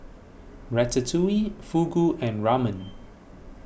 Ratatouille Fugu and Ramen